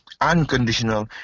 unconditional